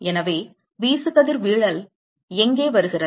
எனவே வீசுகதிர்வீழல் எங்கே வருகிறது